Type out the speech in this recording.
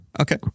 Okay